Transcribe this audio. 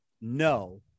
no